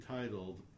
titled